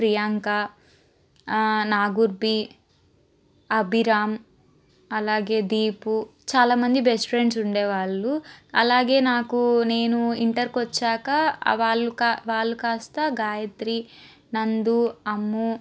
ప్రియాంక నాగూర్బి అభిరామ్ అలాగే దీపు చాలామంది best friends ఉండేవాళ్ళు అలాగే నాకు నేను ఇంటర్ కొచ్చాక వాళ్లు కా వాళ్లు కాస్త గాయత్రి నందు అమ్ము